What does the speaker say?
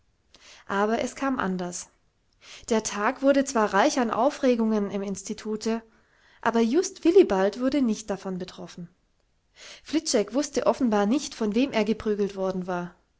aber es kam anders der tag wurde zwar reich an aufregungen im institute aber just willibald wurde nicht davon betroffen fliczek wußte offenbar nicht von wem er geprügelt worden war